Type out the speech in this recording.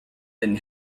been